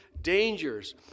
dangers